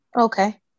Okay